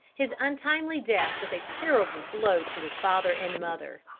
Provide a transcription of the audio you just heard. his untimely death was a terrible blow to his father and mother.